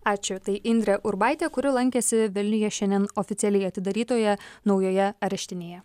ačiū tai indrė urbaitė kuri lankėsi vilniuje šiandien oficialiai atidarytoje naujoje areštinėje